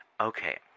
Okay